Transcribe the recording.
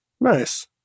Nice